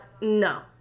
no